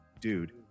dude